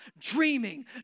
dreaming